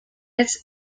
its